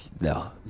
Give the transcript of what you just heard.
No